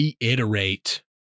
reiterate